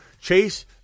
Chase